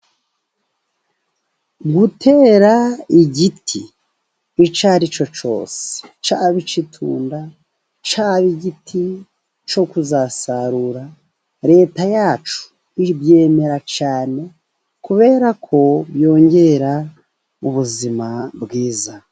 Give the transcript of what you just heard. Gutera igiti icyo aricyo cyose cyaba icy'itunda, cyaba igiti cyo kuzasarura Leta yacu ibyemera cyane kubera ko cyongera ubuzima bwiza.